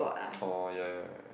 oh ya ya ya